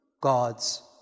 God's